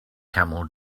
camel